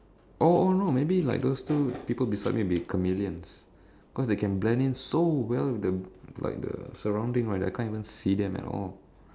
oh oh no maybe like those two people beside me be chameleons because they can blend in so well with the like the surrounding right that I can't even see them at all